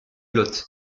lot